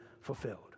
fulfilled